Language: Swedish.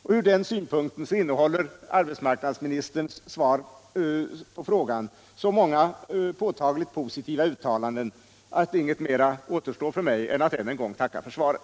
Från den synpunkten innehåller arbetsmarknadsministerns svar på frågan så många påtagligt positiva uttalanden att inget mera återstår för mig än att ännu en gång tacka för svaret.